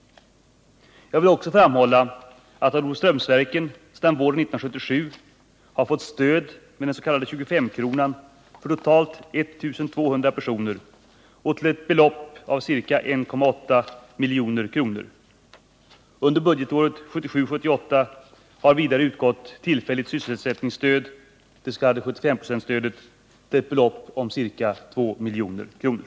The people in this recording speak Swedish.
Jag vill också framhålla att Olofströmsverken sedan våren 1977 har fått stöd med den s.k. 25-kronan för totalt 1 200 personer och till ett belopp av ca 1,8 milj.kr. Under budgetåret 1977/78 har vidare utgått tillfälligt sysselsättningsstöd, det s.k. 75-procentsstödet, till ett belopp av ca 2 milj.kr.